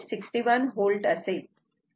61 V असेल